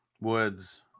Woods